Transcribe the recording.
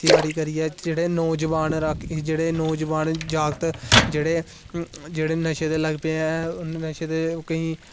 खेती बाड़़ी करियै जेहडे़ नौजुआन जेहडे़ नौजुआन जागत जेहडे़ नशे दे लग्गे दे ना नशे दे केंई